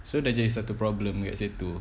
so dah jadi satu problem kat situ